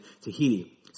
Tahiti